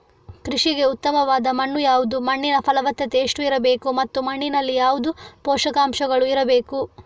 ಕೃಷಿಗೆ ಉತ್ತಮವಾದ ಮಣ್ಣು ಯಾವುದು, ಮಣ್ಣಿನ ಫಲವತ್ತತೆ ಎಷ್ಟು ಇರಬೇಕು ಮತ್ತು ಮಣ್ಣಿನಲ್ಲಿ ಯಾವುದು ಪೋಷಕಾಂಶಗಳು ಇರಬೇಕು?